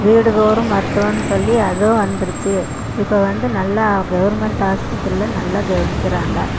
வீடுதோறும் மருத்துவம்னு சொல்லி அதுவும் வந்துருச்சு இப்போது வந்து நல்லா கவர்மெண்ட் ஆஸ்பத்திரியில் நல்லா கவனிக்கிறாங்க